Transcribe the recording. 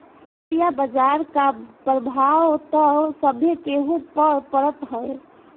वित्तीय बाजार कअ प्रभाव तअ सभे केहू पअ पड़त हवे